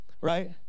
right